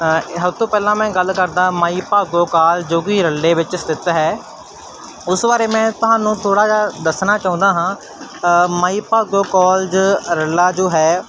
ਸਭ ਤੋਂ ਪਹਿਲਾਂ ਮੈਂ ਗੱਲ ਕਰਦਾ ਮਾਈ ਭਾਗੋ ਕਾਲਜ ਜੋ ਕਿ ਰੱਲੇ ਵਿੱਚ ਸਥਿਤ ਹੈ ਉਸ ਬਾਰੇ ਮੈਂ ਤੁਹਾਨੂੰ ਥੋੜ੍ਹਾ ਜਿਹਾ ਦੱਸਣਾ ਚਾਹੁੰਦਾ ਹਾਂ ਮਾਈ ਭਾਗੋ ਕਾਲਜ ਰੱਲਾ ਜੋ ਹੈ